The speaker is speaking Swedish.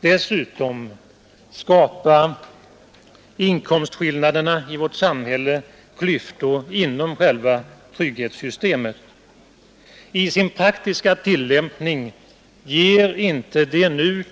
Dessutom skapar inkomstskillnaderna i vårt samhälle klyftor inom själva trygghetssystemet I sin praktiska tillämpning ger inte de nu